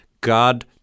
God